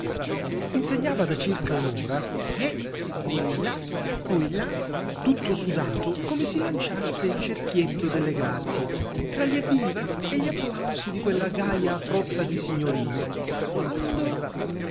insegnava da circa un'ora eh oilà oilà tutto sudato come si lanciasse il cerchietto delle grazie tra gli evviva e gli applausi di quella gaja frotta di signorine quando